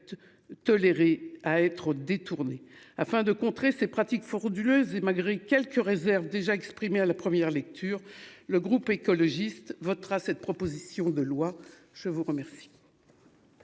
toléré à être détournés afin de contrer ces pratiques frauduleuses et malgré quelques réserves déjà exprimées à la première lecture. Le groupe écologiste votera cette proposition de loi. Je vous remercie.